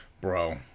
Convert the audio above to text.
Bro